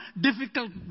difficult